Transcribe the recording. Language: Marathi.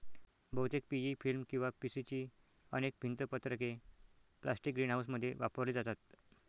बहुतेक पी.ई फिल्म किंवा पी.सी ची अनेक भिंत पत्रके प्लास्टिक ग्रीनहाऊसमध्ये वापरली जातात